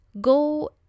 go